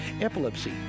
epilepsy